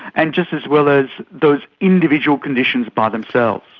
and just as well as those individual conditions by themselves.